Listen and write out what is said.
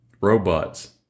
robots